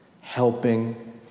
helping